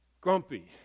grumpy